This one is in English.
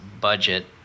budget